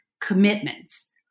commitments